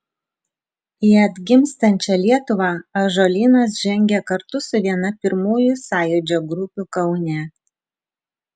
į atgimstančią lietuvą ąžuolynas žengė kartu su viena pirmųjų sąjūdžio grupių kaune